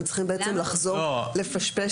הם צריכים לחזור ולפשפש.